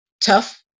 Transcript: tough